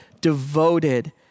devoted